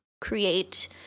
create